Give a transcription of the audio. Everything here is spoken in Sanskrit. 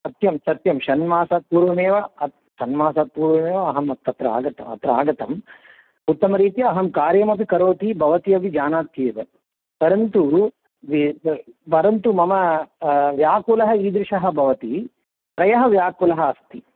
सत्यं सत्यं षण्मासात् पूर्वमेव षण्मासात् पूर्वमेव अहं तत्र आगतः अत्र आगतम् उत्तमरीत्या अहं कार्यमपि करोति भवती अपि जानात्येव परन्तु वेद् परन्तु मम व्याकुलः ईदृशः भवति त्रयः व्याकुलः अस्ति